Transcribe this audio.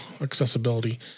accessibility